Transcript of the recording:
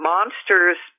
Monsters